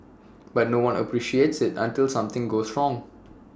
but no one appreciates IT until something goes wrong